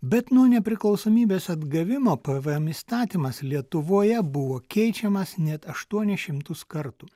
bet nuo nepriklausomybės atgavimo pvm įstatymas lietuvoje buvo keičiamas net aštuonis šimtus kartų